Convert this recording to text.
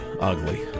ugly